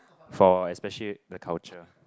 for especially the culture